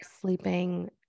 sleeping